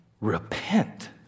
repent